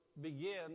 begin